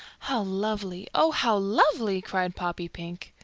how lovely! oh, how lovely! cried poppypink.